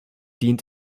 dient